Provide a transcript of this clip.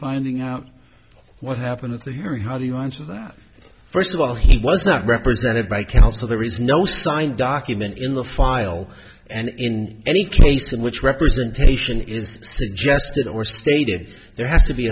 finding out what happened at the hearing how do you answer that first of all he was not represented by counsel there is no signed document in the file and in any case in which representation is suggested or stated there has to be